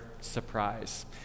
surprise